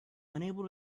unable